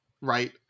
right